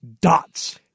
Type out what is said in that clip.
dots